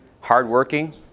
Hardworking